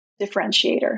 differentiator